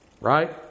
right